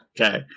Okay